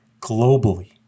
globally